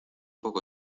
poco